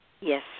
Yes